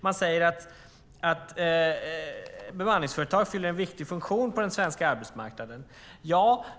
Man säger att bemanningsföretag fyller en viktig funktion på den svenska arbetsmarknaden.